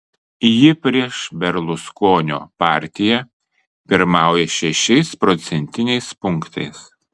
ji prieš berluskonio partiją pirmauja šešiais procentiniais punktais